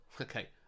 okay